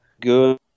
good